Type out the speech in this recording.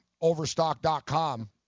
Overstock.com